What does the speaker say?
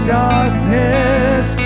darkness